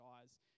eyes